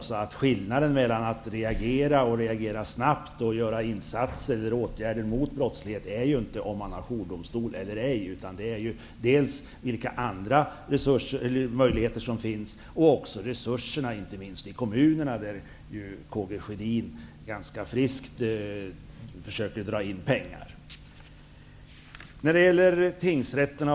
Skillnaden mellan att reagera och att reagera snabbt och vidta åtgärder mot brottslighet beror inte på om det finns jourdomstolar eller ej, utan det beror på vilka andra möjligheter som finns och vilka resurser som finns inte minst inom kommunerna. K G Sjödin försöker ju friskt att dra in pengar från kommunerna.